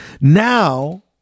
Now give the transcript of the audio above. Now